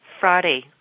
Friday